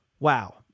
Wow